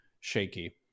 shaky